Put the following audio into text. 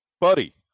buddy